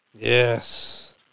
Yes